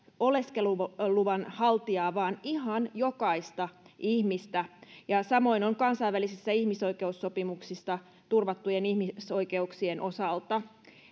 oleskeluluvan haltijaa vaan ihan jokaista ihmistä ja samoin on kansainvälisissä ihmisoikeussopimuksissa turvattujen ihmisoikeuksien osalta